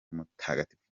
mutagatifu